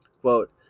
Quote